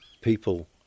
people